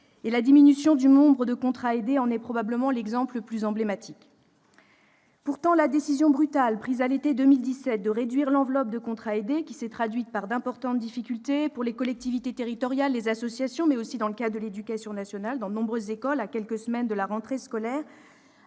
La diminution du nombre de contrats aidés en est probablement l'exemple le plus emblématique. Pourtant, la décision brutale prise à l'été 2017 de réduire l'enveloppe de ces contrats, qui s'est traduite par d'importantes difficultés pour les collectivités territoriales et les associations, mais aussi dans de nombreuses écoles, à quelques semaines de la rentrée scolaire,